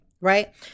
right